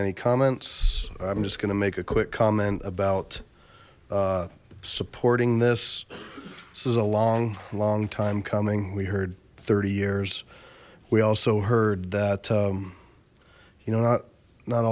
any comments i'm just gonna make a quick comment about supporting this this is a long long time coming we heard thirty years we also heard that you know not not